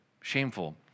shameful